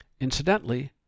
Incidentally